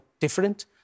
different